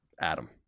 Adam